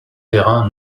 terrains